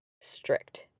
strict